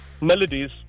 melodies